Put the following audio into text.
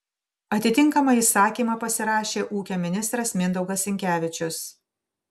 atitinkamą įsakymą pasirašė ūkio ministras mindaugas sinkevičius